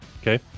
Okay